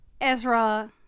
ezra